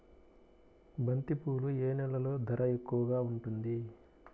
బంతిపూలు ఏ నెలలో ధర ఎక్కువగా ఉంటుంది?